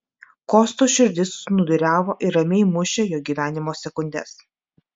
kosto širdis snūduriavo ir ramiai mušė jo gyvenimo sekundes